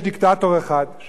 שמה שהוא אומר כולם שומעים,